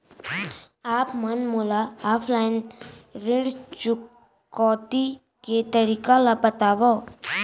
आप मन मोला ऑफलाइन ऋण चुकौती के तरीका ल बतावव?